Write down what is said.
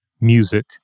music